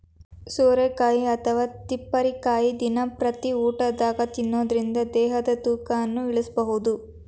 ಸೋರೆಕಾಯಿ ಅಥವಾ ತಿಪ್ಪಿರಿಕಾಯಿ ದಿನಂಪ್ರತಿ ಊಟದಾಗ ತಿನ್ನೋದರಿಂದ ದೇಹದ ತೂಕನು ಇಳಿಸಬಹುದು